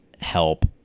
help